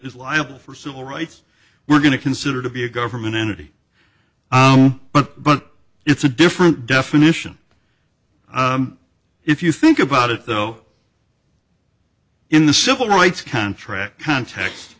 is liable for civil rights we're going to consider to be a government entity but but it's a different definition if you think about it though in the civil rights contract cont